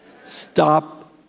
Stop